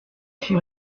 chez